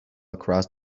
across